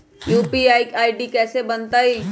UPI के ID कैसे बनतई?